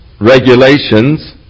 regulations